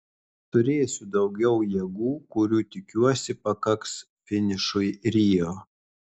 turėsiu daugiau jėgų kurių tikiuosi pakaks finišui rio